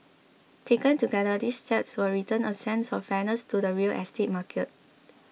taken together these steps will return a sense of fairness to the real estate market